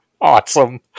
awesome